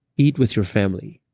eat with your family.